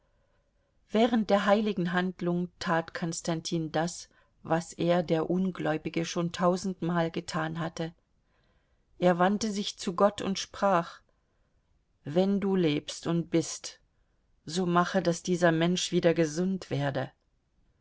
während der heiligen handlung tat konstantin das was er der ungläubige schon tausendmal getan hatte er wandte sich zu gott und sprach wenn du lebst und bist so mache daß dieser mensch wieder gesund werde